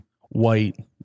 white